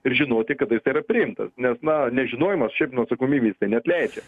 ir žinoti kada jisai yra priimtas nes na nežinojimas šiaip nuo atsakomybės neatleidžia